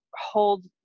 hold